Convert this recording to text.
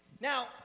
Now